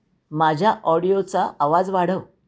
माझ्या ऑडिओचा आवाज वाढव